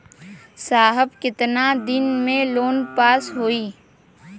साहब कितना दिन में लोन पास हो जाई?